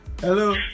Hello